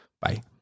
Bye